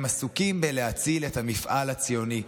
הם עסוקים בלהציל את המפעל הציוני.